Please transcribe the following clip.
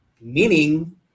meaning